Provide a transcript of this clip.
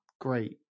Great